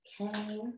okay